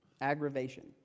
aggravation